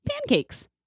Pancakes